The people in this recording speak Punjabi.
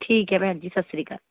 ਠੀਕ ਹੈ ਭੈਣ ਜੀ ਸਤਿ ਸ਼੍ਰੀ ਅਕਾਲ